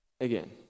Again